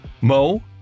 Mo